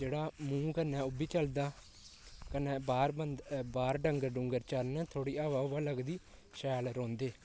जेह्ड़ा मुंह कन्नै ओह् बी चलदा कन्नै बाह्र बंदा बाह्र डंगर डुंगर चरन ते थोह्ड़ी हवा हुवा लगदी शैल रौहंदे